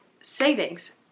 savings